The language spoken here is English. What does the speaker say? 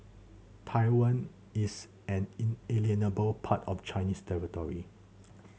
Taiwan is an inalienable part of Chinese territory